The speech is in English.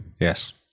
Yes